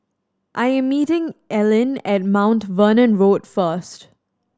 I am meeting Ellyn at Mount Vernon Road first